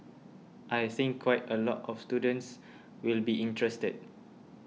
I think quite a lot of students will be interested